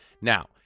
Now